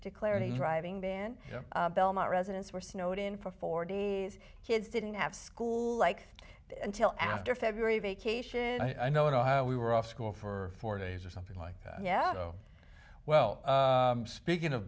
declared a driving ban belmont residents were snowed in for four days kids didn't have school like until after february vacation i know how we were off school for four days or something like that yeah oh well speaking of